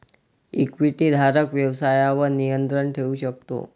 इक्विटीधारक व्यवसायावर नियंत्रण ठेवू शकतो